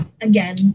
again